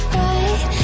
right